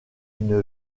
une